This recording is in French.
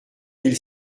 mille